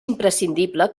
imprescindible